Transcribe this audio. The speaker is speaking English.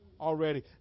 already